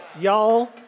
Y'all